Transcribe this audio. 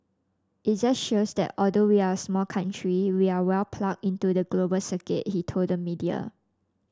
it just shows that although we're a small country we're well plugged into the global circuit he told the media